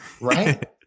right